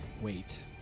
wait